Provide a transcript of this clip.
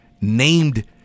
named